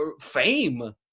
fame